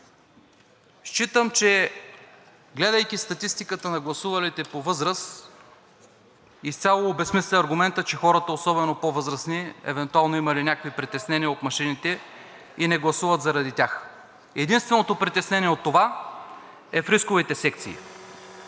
Считам, че гледайки статистиката на гласувалите по възраст, изцяло се обезсмисля аргументът, че хората, особено по-възрастните, евентуално имали някакви притеснения от машините и не гласуват заради тях. Единственото притеснение от това е в рисковите секции.